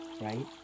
right